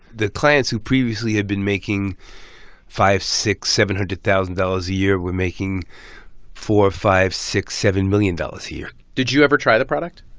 the clients who previously had been making five, six, seven hundred thousand dollars a year were making four, five, six, seven million dollars a year did you ever try the product?